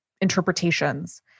interpretations